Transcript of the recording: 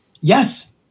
Yes